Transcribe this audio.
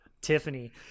Tiffany